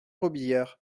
robiliard